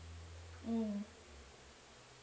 mm